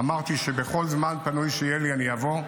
אמרתי שבכל זמן פנוי שיהיה לי אני אבוא,